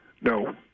No